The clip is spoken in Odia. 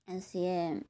ସେ